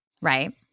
Right